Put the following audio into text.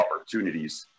opportunities